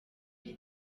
iri